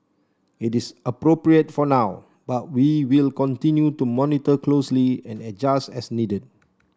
it is appropriate for now but we will continue to monitor closely and adjust as needed